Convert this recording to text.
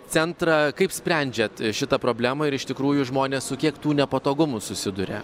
centrą kaip sprendžiat šitą problemą ir iš tikrųjų žmonės su kiek tų nepatogumų susiduria